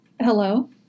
hello